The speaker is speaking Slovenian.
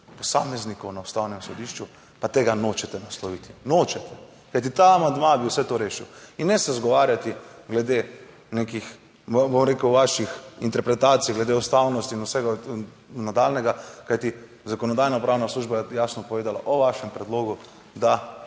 posameznikov na Ustavnem sodišču, pa tega nočete nasloviti, nočete. Kajti, ta amandma bi vse to rešil. In ne se izgovarjati glede nekih, bom rekel, vaših interpretacij glede ustavnosti in vsega nadaljnjega, kajti Zakonodajno-pravna služba je jasno povedala o vašem predlogu, da